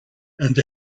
and